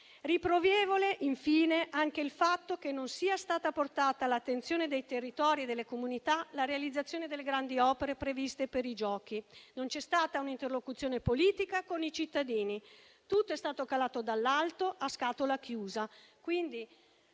Riprovevole infine è anche il fatto che non sia stata portata all'attenzione dei territori e delle comunità la realizzazione delle grandi opere previste per i Giochi. Non c'è stata un'interlocuzione politica con i cittadini; tutto è stato calato dall'alto a scatola chiusa.